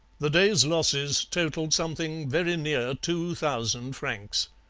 the day's losses totalled something very near two thousand francs.